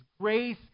grace